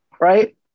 Right